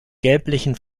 gelblichen